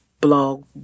blog